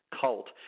cult